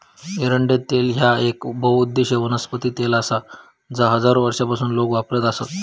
एरंडेल तेल ह्या येक बहुउद्देशीय वनस्पती तेल आसा जा हजारो वर्षांपासून लोक वापरत आसत